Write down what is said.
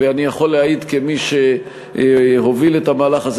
ואני יכול להעיד כמי שהוביל את המהלך הזה,